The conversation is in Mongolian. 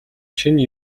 шинэ